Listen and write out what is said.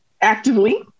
actively